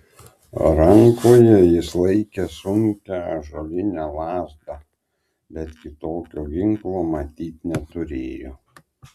rankoje jis laikė sunkią ąžuolinę lazdą bet kitokio ginklo matyt neturėjo